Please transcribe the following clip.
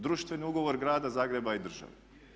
Društveni ugovor Grada Zagreba i države.